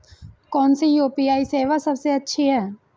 कौन सी यू.पी.आई सेवा सबसे अच्छी है?